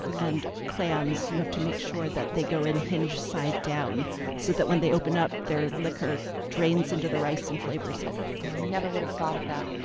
and clams you have to make sure that they go in hinge-side down so that when they open up, their liquor drains into the rice and flavors it i never would've thought of that.